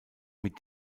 mit